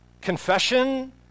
confession